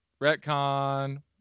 Retcon